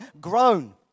grown